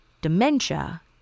dementia